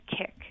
kick